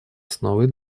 основой